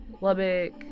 Lubbock